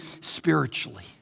spiritually